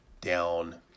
down